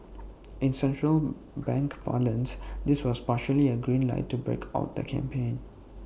in central bank parlance this was practically A green light to break out the champagne